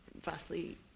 vastly